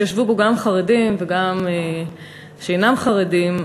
שישבו בו גם חרדים וגם שאינם חרדים,